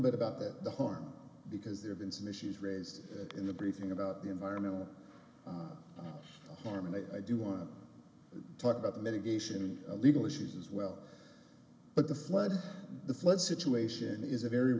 bit about that the harm because there have been some issues raised in the briefing about the environmental harm and i do want to talk about the mitigation legal issues as well but the flood the flood situation is a very